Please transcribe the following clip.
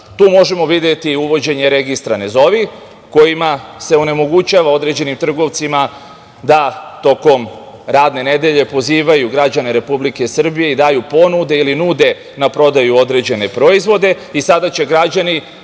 Tu možemo videti uvođenje registra „ne zovi“, kojima se onemogućava određenim trgovcima da tokom radne nedelje pozivaju građane Republike Srbije i daju ponude ili nude na prodaju određene proizvode i sada će građani